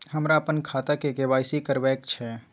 हमरा अपन खाता के के.वाई.सी करबैक छै